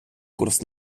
курс